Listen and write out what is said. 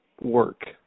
work